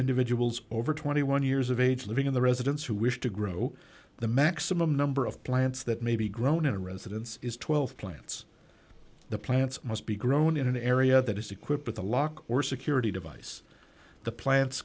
individuals over twenty one years of age living in the residence who wish to grow the maximum number of plants that may be grown in a residence is twelve plants the plants must be grown in an area that is equipped with a lock or security device the plants